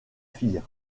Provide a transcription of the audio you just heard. filles